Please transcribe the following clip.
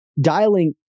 dialing